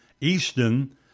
easton